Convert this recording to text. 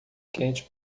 quente